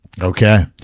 Okay